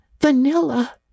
Vanilla